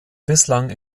bislang